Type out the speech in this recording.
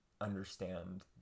understand